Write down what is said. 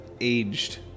aged